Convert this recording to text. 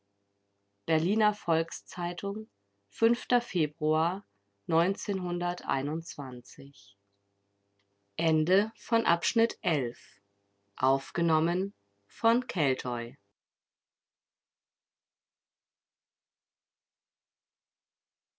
berliner volks-zeitung februar